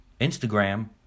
Instagram